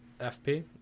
fp